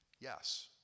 Yes